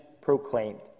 proclaimed